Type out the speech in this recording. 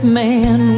man